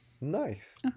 Nice